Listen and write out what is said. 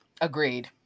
Agreed